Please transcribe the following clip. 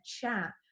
chat